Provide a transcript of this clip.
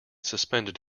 suspended